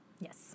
Yes